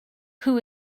who